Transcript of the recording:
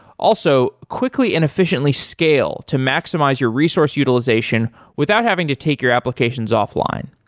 also, quickly and efficiently scale to maximize your resource utilization without having to take your applications offline.